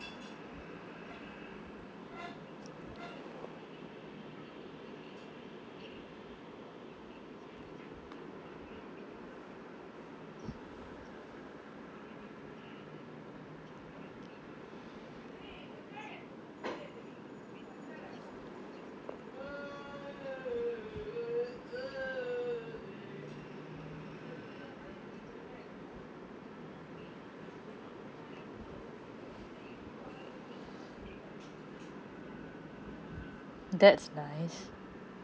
that's nice